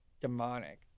demonic